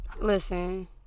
Listen